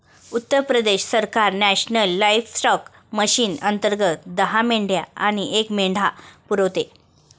उत्तर प्रदेश सरकार national livestock mission अंतर्गत दहा मेंढ्या आणि एक मेंढा पुरवते